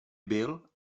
byl